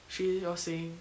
she was saying